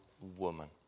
woman